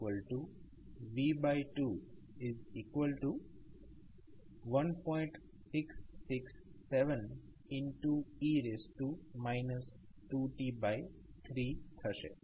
667e 2t3 થશે